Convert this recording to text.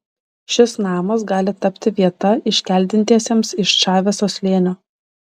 šis namas gali tapti vieta iškeldintiesiems iš čaveso slėnio